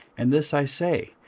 and this i say,